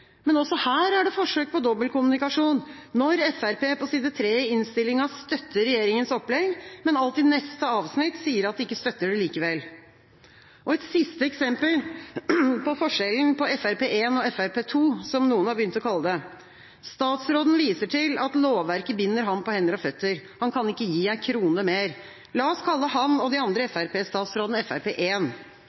Men også her er det forsøk på dobbeltkommunikasjon, når Fremskrittspartiet på side 3 i innstillinga støtter regjeringas opplegg, men alt i neste avsnitt sier at de ikke støtter det likevel. Et siste eksempel på forskjellen på Frp 1 og Frp 2, som noen har begynt å kalle det: Statsråden viser til at lovverket binder ham på hender og føtter. Han kan ikke gi ei krone mer. La oss kalle han og de andre Frp-statsrådene Frp